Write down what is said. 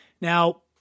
Now